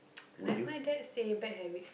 like my dad say bad habits